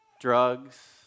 drugs